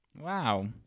Wow